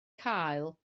cael